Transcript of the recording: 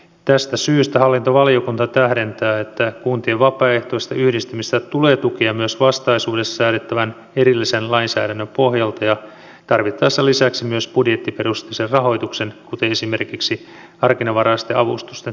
tästä syystä hallintovaliokunta tähdentää että kuntien vapaaehtoista yhdistymistä tulee tukea myös vastaisuudessa säädettävän erillisen lainsäädännön pohjalta ja tarvittaessa lisäksi myös budjettiperusteisen rahoituksen kuten esimerkiksi harkinnanvaraisten avustusten turvin